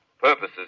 purposes